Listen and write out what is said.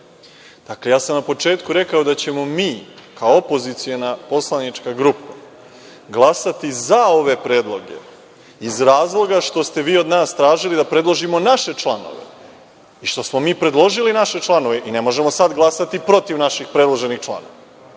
ja sam na početku rekao da ćemo mi kao opoziciona poslanička grupa glasati za ove predloge iz razloga što ste vi od nas tražili da predložimo naše članove i što smo mi predložili naše članove, pa ne možemo sada biti protiv naših predloženih članova.